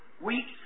weeks